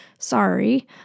Sorry